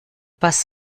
was